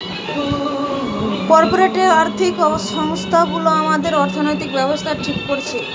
corporate আর্থিক সংস্থা গুলা আমাদের অর্থনৈতিক ব্যাবস্থা ঠিক করতেছে